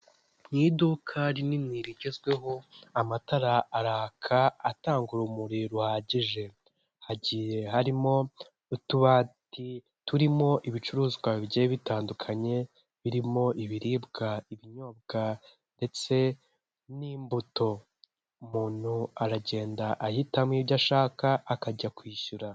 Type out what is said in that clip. Ni iduka rinini rigezweho, amatara araka atanga urumuri ruhagije, hagiye harimo utubati turimo ibicuruzwa bigiye bitandukanye birimo ibiribwa, ibinyobwa ndetse n'imbuto, umuntu aragenda ahitamo ibyo ashaka akajya kwishyura.